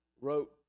wrote